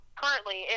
currently